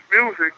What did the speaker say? music